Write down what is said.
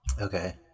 Okay